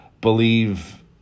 believe